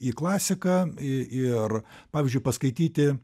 į klasiką į ir pavyzdžiui paskaityti